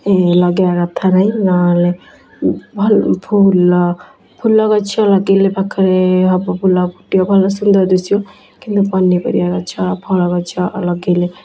ଏ ଲଗେଇବା କଥା ନାହିଁ ନହେଲେ ଫୁଲ ଫୁଲଗଛ ଲଗେଇଲେ ପାଖରେ ହେବ ଭଲ ଫୁଟିବ ଭଲ ସୁନ୍ଦର ଦିଶିବ କିନ୍ତୁ ପନିପରିବା ଗଛ ଫଳଗଛ ଅଲଗା ଲଗେଇଲେ